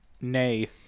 Nay